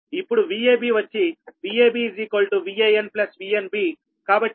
ఇప్పుడు VAB వచ్చి VAB VAn VnB